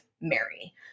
Mary